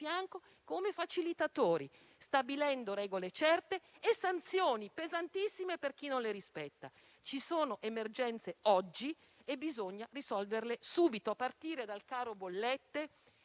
fianco come facilitatori, stabilendo regole certe e sanzioni pesantissime per chi non le rispetta. Ci sono emergenze oggi e bisogna risolverle subito, a partire dal caro bollette